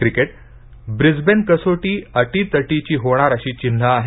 cricket Brisbane कसोटी अटीतटीची होणार अशी चिन्हे आहेत